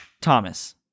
Thomas